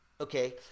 okay